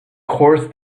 course